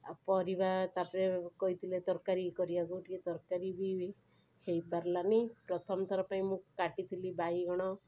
ଆଉ ପରିବା ତାପରେ କହିଥିଲେ ତରକାରୀ କରିବାକୁ ଟିକିଏ ତରକାରୀ ବି ହେଇପାରିଲାନି ପ୍ରଥମଥର ପାଇଁ ମୁଁ କାଟିଥିଲି ବାଇଗଣ